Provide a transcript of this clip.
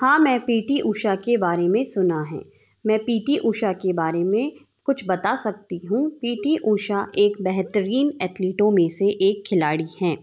हाँ मैं पी टी ऊषा के बारे में सुना है मैं पी टी ऊषा के बारे में कुछ बता सकती हूँ पी टी ऊषा एक बेहतरीन एथलीटों में से एक खिलाड़ी हैं